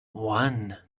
one